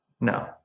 No